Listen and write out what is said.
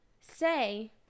say